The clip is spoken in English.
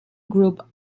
group